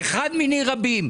אחד מני רבים.